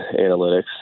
analytics